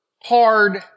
hard